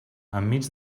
enmig